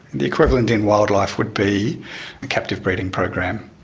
the equivalent in wildlife would be a captive breeding program.